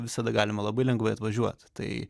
visada galima labai lengvai atvažiuot tai